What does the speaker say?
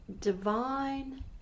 divine